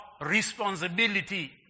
responsibility